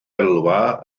elwa